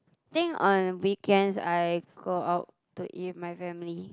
think on weekends I go out to eat with my family